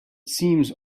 seems